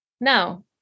No